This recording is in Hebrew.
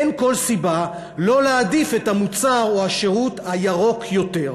אין כל סיבה לא להעדיף את המוצר או השירות הירוק יותר.